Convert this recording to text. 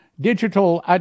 digital